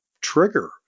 trigger